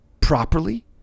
properly